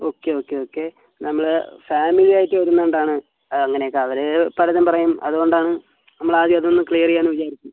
okay okay okay നമ്മൾ family ആയിട്ട് വരുന്നതുകൊണ്ടാണ് അങ്ങനെയൊക്കെ അവർ പലതും പറയും അതുകൊണ്ടാണ് നമ്മൾ ആദ്യം അതൊന്ന് ക്ലിയർ ചെയ്യാമെന്ന് വിചാരിച്ചത്